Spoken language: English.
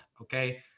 okay